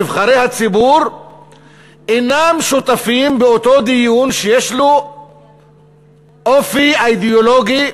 נבחרי הציבור אינם שותפים באותו דיון שיש לו אופי אידיאולוגי,